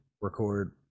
record